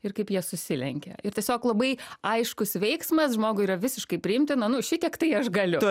ir kaip jie susilenkia ir tiesiog labai aiškus veiksmas žmogui yra visiškai priimtina nu šitiek tai aš galiu